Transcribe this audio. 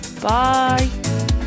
Bye